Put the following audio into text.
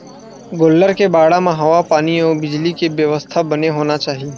गोल्लर के बाड़ा म हवा पानी अउ बिजली के बेवस्था बने होना चाही